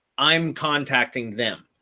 i'm contacting them,